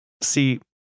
see